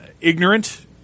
ignorant